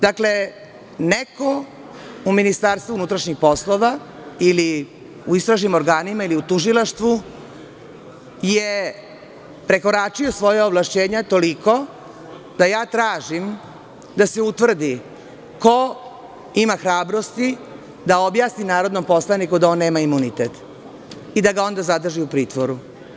Dakle, neko u Ministarstvu unutrašnjih poslova ili u istražnim organima ili u tužilaštvu je prekoračio svoja ovlašćenja toliko da tražim da se utvrdi ko ima hrabrosti da objasni narodnom poslaniku da on nema imunitet i da ga onda zadrži u pritvoru.